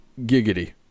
giggity